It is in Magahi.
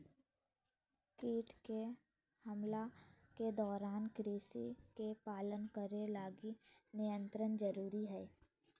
कीट के हमला के दौरान कृषि के पालन करे लगी नियंत्रण जरुरी हइ